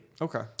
Okay